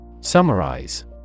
Summarize